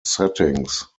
settings